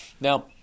Now